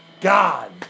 God